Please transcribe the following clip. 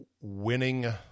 winning